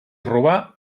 robar